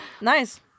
Nice